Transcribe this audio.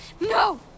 No